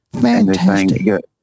fantastic